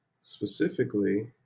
specifically